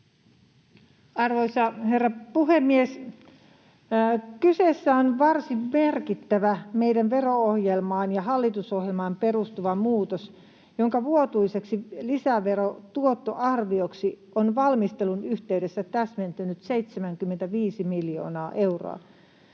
Arvoisa herra puhemies! Kyseessä on varsin merkittävä meidän vero-ohjelmaan ja hallitusohjelmaan perustuva muutos, jonka vuotuiseksi lisäverotuottoarvioksi on valmistelun yhteydessä täsmentynyt 75 miljoonaa euroa.